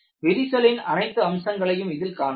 விரிசலின் அனைத்து அம்சங்களையும் இதில் காணலாம்